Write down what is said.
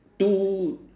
two